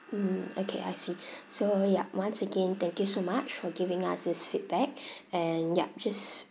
mm okay I see so yup once again thank you so much for giving us this feedback and yup just